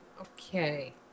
okay